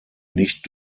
nicht